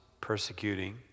persecuting